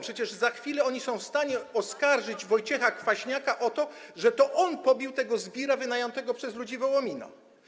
Przecież za chwilę oni są w stanie oskarżyć Wojciecha Kwaśniaka o to, że to on pobił tego zbira wynajętego przez ludzi Wołomina.